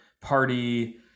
party